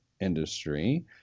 industry